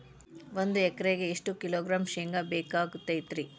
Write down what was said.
ಒಂದು ಎಕರೆಗೆ ಎಷ್ಟು ಕಿಲೋಗ್ರಾಂ ಶೇಂಗಾ ಬೇಕಾಗತೈತ್ರಿ?